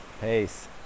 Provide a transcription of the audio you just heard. Peace